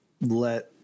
let